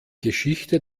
geschichte